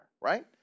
right